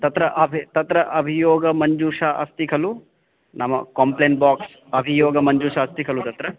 तत्र अभि तत्र अभियोगमञ्जूषा अस्ति खलु नाम कम्प्लेण्ट् बाक्स् अभियोगमञ्जूषा अस्ति खलु तत्र